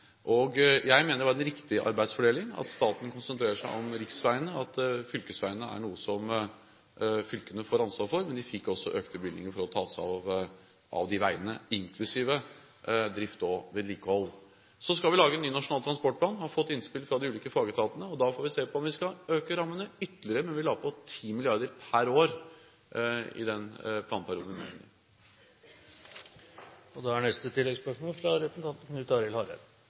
Jeg mener det er en riktig arbeidsfordeling at staten konsentrerer seg om riksveiene, og at fylkesveiene er noe som fylkene får ansvaret for. Men de fikk også økte bevilgninger for å ta seg av de veiene, inklusiv drift og vedlikehold. Så skal vi lage en ny Nasjonal transportplan. Vi har fått innspill fra de ulike fagetatene. Da får vi se på om vi skal øke rammene ytterligere. Men vi la på 10 mrd. kr per år i planperioden den gang. Knut Arild Hareide – til oppfølgingsspørsmål. Løyvingar og bompengar er